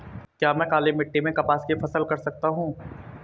क्या मैं काली मिट्टी में कपास की फसल कर सकता हूँ?